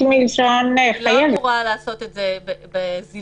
היא לא אמורה לעשות את זה בזלזול,